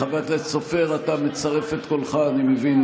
חבר הכנסת סופר, אני מבין שאתה מצרף את קולך בעד.